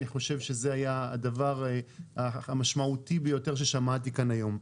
אני חושב שזה היה הדבר המשמעותי ביותר ששמעתי כאן היום.